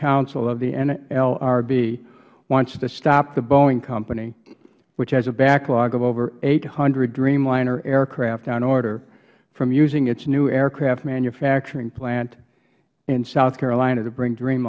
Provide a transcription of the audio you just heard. counsel of the nlrb wants to stop the boeing company which has a backlog of over eight hundred dreamliner aircraft on order from using its new aircraft manufacturing plant in south carolina to build dream